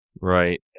Right